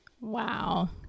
Wow